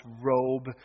robe